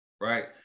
right